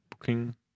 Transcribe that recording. booking